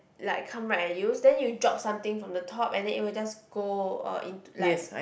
like come right at you then you drop something from the top and then it will just go uh in like